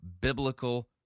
biblical